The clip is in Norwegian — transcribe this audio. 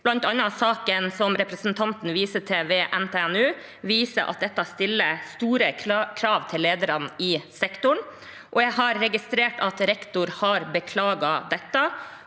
Blant annet saken som representanten viser til ved NTNU, viser at dette stiller store krav til lederne i sektoren. Jeg har registrert at rektor har beklaget dette.